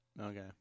Okay